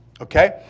okay